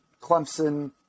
Clemson